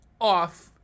off